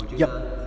yup